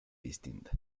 distinta